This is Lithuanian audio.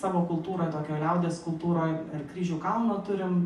savo kultūroj tokio liaudies kultūroj ir kryžių kalną turim